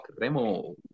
Remo